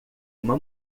uma